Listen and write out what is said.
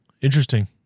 interesting